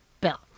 bill